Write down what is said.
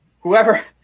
whoever